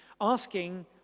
asking